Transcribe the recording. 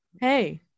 hey